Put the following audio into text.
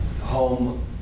home